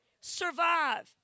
survive